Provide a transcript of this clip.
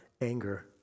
anger